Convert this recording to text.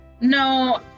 No